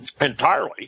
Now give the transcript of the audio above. entirely